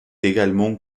également